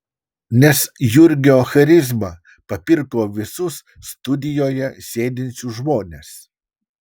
nes jurgio charizma papirko visus studijoje sėdinčius žmones